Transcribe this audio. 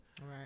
right